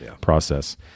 process